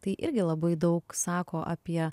tai irgi labai daug sako apie